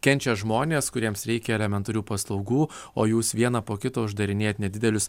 kenčia žmonės kuriems reikia elementarių paslaugų o jūs vieną po kito uždarinėjat nedidelius